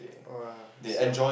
oh so